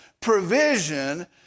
provision